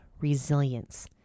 resilience